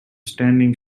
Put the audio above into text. standing